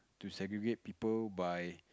to segregate people by